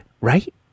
right